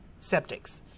septics